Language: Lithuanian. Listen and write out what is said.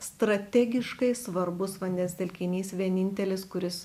strategiškai svarbus vandens telkinys vienintelis kuris